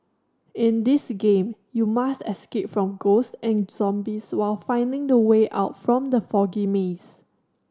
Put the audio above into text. in this game you must escape from ghost and zombies while finding the way out from the foggy maze